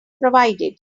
provided